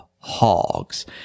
hogs